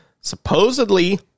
Supposedly